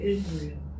Israel